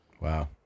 Wow